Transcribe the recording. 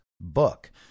book